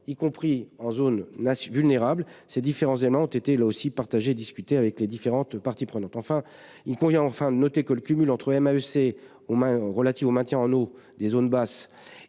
y compris en zone vulnérable. Ces différents éléments ont fait l'objet de discussions avec les différentes parties prenantes. Il convient enfin de noter que le cumul entre la Maec relative au maintien en eau des zones basses